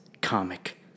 comic